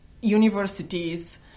universities